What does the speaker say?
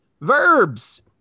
verbs